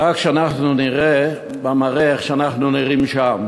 רק שאנחנו נראה במראה איך אנחנו נראים שם.